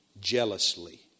jealously